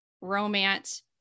romance